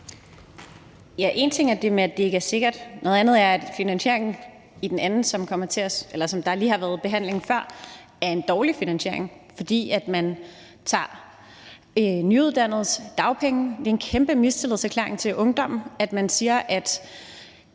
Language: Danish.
En ting er det med, at det ikke er sikkert, noget andet er, at finansieringen i det andet, som vi lige har behandlet, er en dårlig finansiering, fordi man tager nyuddannedes dagpenge. Det er en kæmpe mistillidserklæring til ungdommen, at man siger, at